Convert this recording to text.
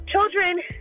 Children